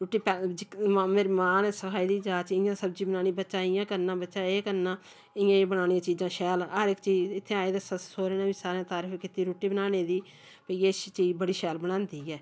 रुट्टी मां मेरी मां ने सखाई दी जाच इ'यां सब्जी बनानी बच्चा इ'यां करना बच्चा एह् करना इ'यां एह् बनानियां चीजां शैल हर इक चीज इत्थै आए दे सौह्रे ने बी सारें दी तरीफ कीती रुट्टी बनाने दी भाई एह् चीज़ बड़ी शैल बनांदी ऐ